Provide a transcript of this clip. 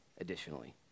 additionally